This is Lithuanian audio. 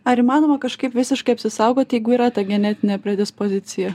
ar įmanoma kažkaip visiškai apsisaugoti jeigu yra ta genetinė predispozicija